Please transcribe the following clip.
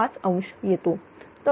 012318∠5° येतो